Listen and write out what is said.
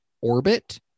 orbit